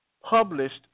published